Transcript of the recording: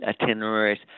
itineraries